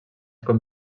com